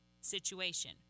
situation